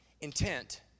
Intent